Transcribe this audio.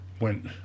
went